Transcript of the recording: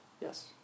Yes